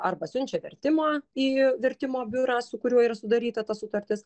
arba siunčia vertimą į vertimo biurą su kuriuo yra sudaryta ta sutartis